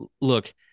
Look